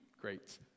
great